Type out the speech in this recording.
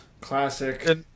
Classic